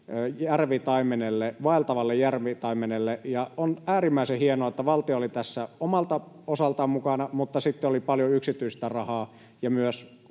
vaeltavalle järvitaimenelle. On äärimmäisen hienoa, että valtio oli tässä omalta osaltaan mukana, mutta sitten oli paljon yksityistä rahaa ja myös